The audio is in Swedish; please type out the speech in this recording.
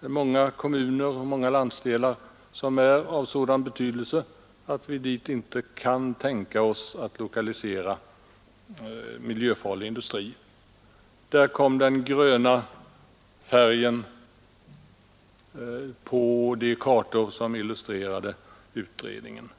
finns många kommuner och landsdelar som vi Lördagen den anser vara så värdefulla, att vi inte kan tänka oss att dit lokalisera 16 december 1972 miljöfarlig industri, och de belades med grön färg på de kartor som illustrerade betänkandet.